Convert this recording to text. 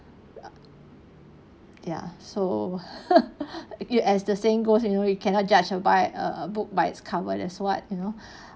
ya ya so you as the saying goes you know you cannot judge a by a book by its cover that's what you know